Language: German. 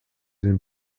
den